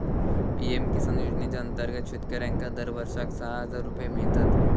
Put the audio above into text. PM Kisan योजनेच्या अंतर्गत शेतकऱ्यांका दरवर्षाक सहा हजार रुपये मिळतत